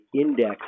index